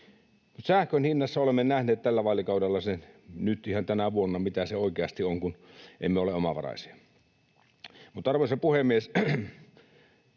sähkön hinnassa olemme nähneet tällä vaalikaudella nyt ihan tänä vuonna, mitä oikeasti on, kun emme ole omavaraisia. Mutta, arvoisa puhemies,